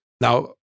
Now